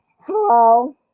hello